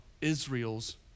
Israel's